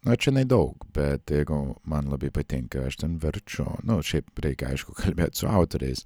na čia nedaug bet jeigu man labai patinka aš ten verčiu nu šiaip reikia aišku kalbėt su autoriais